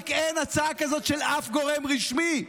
רק אין הצעה כזאת של אף גורם רשמי,